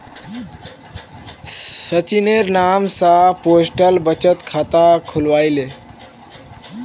सचिनेर नाम स पोस्टल बचत खाता खुलवइ ले